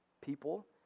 people